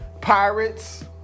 Pirates